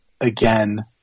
again